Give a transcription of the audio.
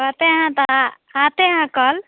कहते है ता आ आते हैं कल